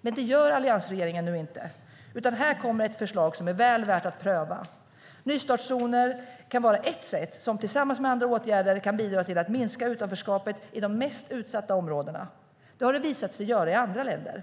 Men det gör inte alliansregeringen. Här kommer ett förslag som är väl värt att pröva. Nystartszoner kan vara ett sätt som tillsammans med andra åtgärder kan bidra till att minska utanförskapet i de mest utsatta områdena. Det har det visat sig göra i andra länder.